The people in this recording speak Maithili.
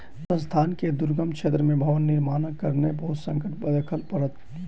संस्थान के दुर्गम क्षेत्र में भवन निर्माणक कारणेँ बहुत संकट देखअ पड़ल